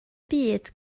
byd